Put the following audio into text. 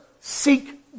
seek